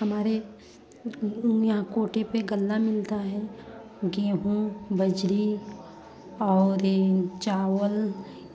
हमारे यहाँ कोटे पर गल्ला मिलता है गेहूँ बजड़ी और ई चावल